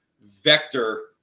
vector